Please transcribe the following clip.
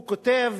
הוא כותב